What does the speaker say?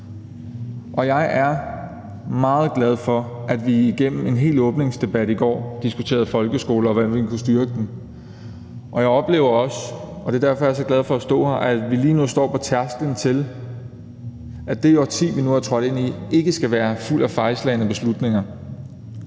Og jeg er meget glad for, at vi igennem en hel åbningsdebat i går diskuterede folkeskolen, og hvordan vi kunne styrke den. Jeg oplever også, og det er derfor, jeg er så glad for at stå her, at vi lige nu står på tærsklen til at sikre, at det årti, vi nu er trådt ind i, ikke skal være fuldt af fejlslagne beslutninger.